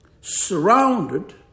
surrounded